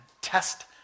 test